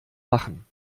machen